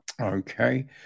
okay